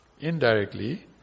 Indirectly